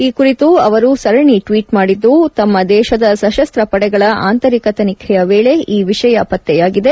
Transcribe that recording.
ಈ ಕುರಿತು ಅವರು ಸರಣಿ ಟ್ವಿಚ್ ಮಾಡಿದ್ದು ತಮ್ನ ದೇಶದ ಸಶಸ್ತ ಪಡೆಗಳ ಆಂತರಿಕ ತನಿಖೆಯ ವೇಳೆ ಈ ವಿಷಯ ಪತ್ರೆಯಾಗಿದೆ